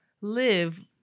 live